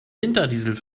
winterdiesel